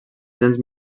gens